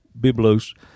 Biblos